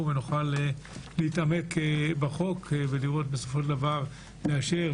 ונוכל להתעמק בחוק ולראות בסופו של דבר - לאשר,